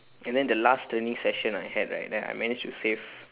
and then the last training session I had right then I managed to save